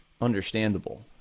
understandable